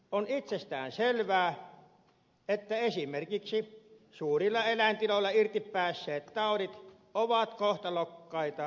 on itsestään selvää että esimerkiksi suurilla eläintiloilla irti päässeet taudit ovat kohtalokkaita tuotantoeläimille